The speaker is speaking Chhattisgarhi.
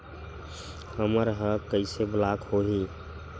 हमर ह कइसे ब्लॉक होही?